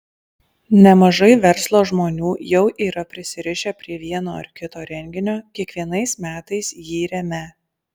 nemažai verslo žmonių jau yra prisirišę prie vieno ar kito renginio kiekvienais metais jį remią